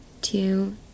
two